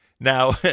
Now